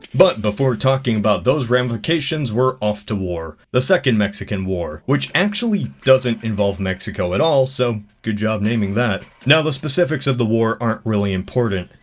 but before talking about those ramifications. we're off to war, the second mexican war, which actually doesn't involve mexico at all, so good job naming that. now the specifics of the war aren't really important.